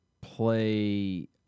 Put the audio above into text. play